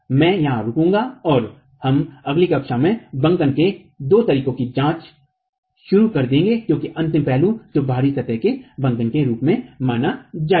मैं यहां रुकूंगा और हम अगली कक्षा में बंकन के दो तरीकों की जांच शुरू कर देंगे क्योंकि अंतिम पहलू जो बाहरी सतह में बंकन के रूप में माना जाएगा